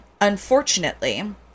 unfortunately